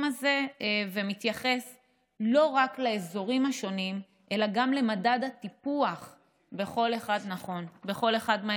הזה ומתייחס לא רק לאזורים השונים אלא גם למדד הטיפוח בכל אחד מהאזורים.